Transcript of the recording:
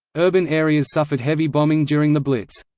urban areas suffered heavy bombing during the blitz.